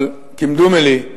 אבל כמדומני,